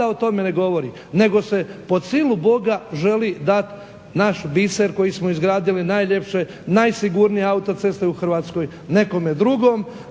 o tome ne govori nego se pod silu Boga želi dati naš biser koji smo izgradili, najljepše, najsigurnije autoceste u Hrvatskoj nekome drugom